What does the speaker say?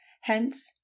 Hence